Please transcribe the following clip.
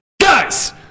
GUYS